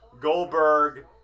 Goldberg